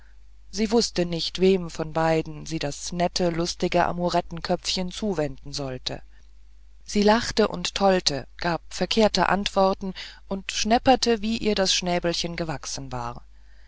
sie wußte nicht wem von beiden sie das nette lustige amorettenköpfchen zuwenden sollte sie lachte und tollte gab verkehrte antworten und schnepperte wie ihr das schnäbelchen gewachsen war